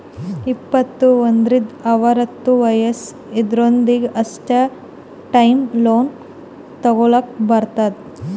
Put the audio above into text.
ಇಪ್ಪತ್ತು ಒಂದ್ರಿಂದ್ ಅರವತ್ತ ವಯಸ್ಸ್ ಇದ್ದೊರಿಗ್ ಅಷ್ಟೇ ಟರ್ಮ್ ಲೋನ್ ತಗೊಲ್ಲಕ್ ಬರ್ತುದ್